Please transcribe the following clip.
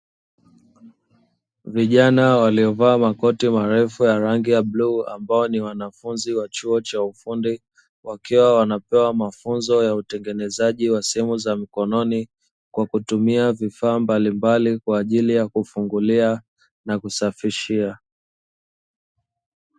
Vijana waliovaa makoti marefu ya rangi ya bluu ambao ni wanafunzi wa chuo cha ufundi, wakiwa wanapewa mafunzo ya utengenezaji wa simu za mkononi, kwa kutumia vifaa mbalimbali kwa ajili ya kufungulia na kusafishia.